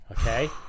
okay